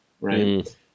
right